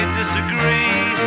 disagree